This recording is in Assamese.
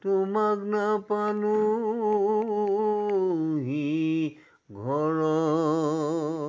তোমাক নাপালোঁহি ঘৰত